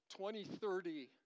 2030